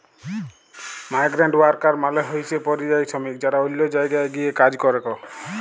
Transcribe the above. migrant worker মালে হইসে পরিযায়ী শ্রমিক যারা অল্য জায়গায় গিয়ে কাজ করেক